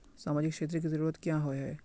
सामाजिक क्षेत्र की जरूरत क्याँ होय है?